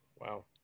wow